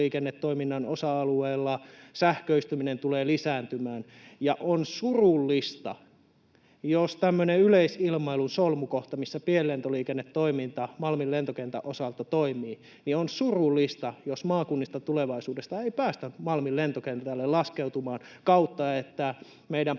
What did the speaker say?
osa-alueella sähköistyminen tulee lisääntymään. On surullista, että kun on tämmöinen yleisilmailun solmukohta, missä pienlentoliikennetoiminta Malmin lentokentän osalta toimii, niin jos tulevaisuudessa ei päästä maakunnista Malmin lentokentälle laskeutumaan eikä meidän